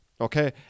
okay